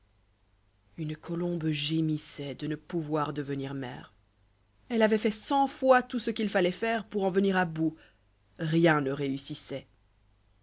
uhe colombe gémissoit de ne pouvoir devenir mère elle avoit fait cent fois tout ce qu'il faloit faire pour en venir à bout rien ne réussissoit